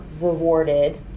rewarded